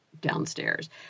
downstairs